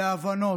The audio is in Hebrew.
להבנות,